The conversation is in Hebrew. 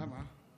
למה?